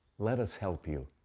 let us help you.